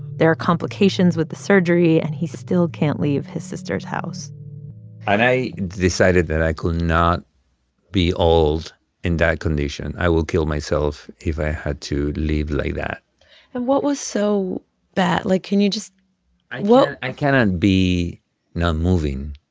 there are complications with the surgery, and he still can't leave his sister's house and i decided that i could not be old in that condition. i will kill myself if i had to live like that and what was so bad? like, can you just what. i cannot be not moving.